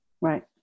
right